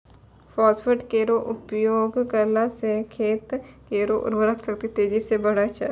phosphate केरो उपयोग करला सें खेत केरो उर्वरा शक्ति तेजी सें बढ़ै छै